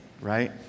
right